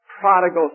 prodigal